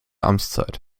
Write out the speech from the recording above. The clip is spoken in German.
amtszeit